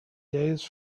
days